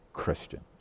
Christians